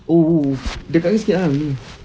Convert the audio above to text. oh oh oh dekatkan sikit ah ni